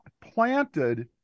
planted